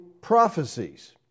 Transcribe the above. prophecies